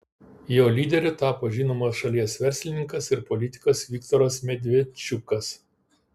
jo lyderiu tapo žinomas šalies verslininkas ir politikas viktoras medvedčiukas